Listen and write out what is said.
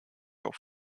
auf